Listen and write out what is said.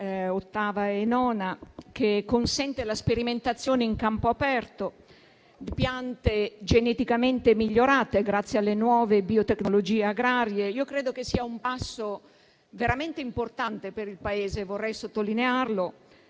8a e 9a, che consente la sperimentazione in campo aperto di piante geneticamente migliorate grazie alle nuove biotecnologie agrarie. Credo sia un passo veramente importante per il Paese, ragion per cui vorrei sottolinearlo.